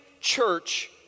church